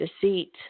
deceit